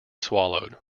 swallowed